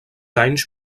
anys